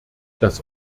das